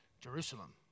Jerusalem